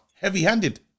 Heavy-handed